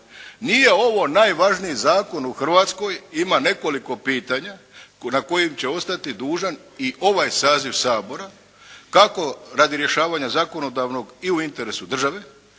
nije ovo najvažniji zakon u Hrvatskoj. Ima nekoliko pitanja na kojim će ostati dužan i ovaj saziv Sabora kako radi rješavanja zakonodavnog i u interesu države